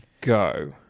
Go